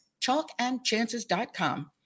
chalkandchances.com